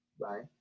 Bye